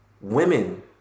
women